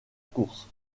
course